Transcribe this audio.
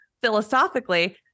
philosophically